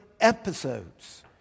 episodes